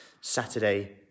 Saturday